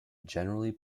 generally